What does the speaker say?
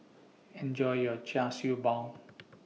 Enjoy your Char Siew Bao